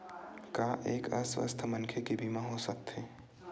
का एक अस्वस्थ मनखे के बीमा हो सकथे?